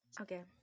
Okay